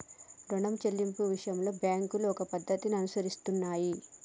రుణం చెల్లింపు విషయంలో బ్యాంకులు ఒక పద్ధతిని అనుసరిస్తున్నాయి